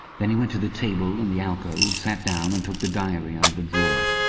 then he went to the table in the alcove, sat down, and took the diary out of the drawer.